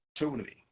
opportunity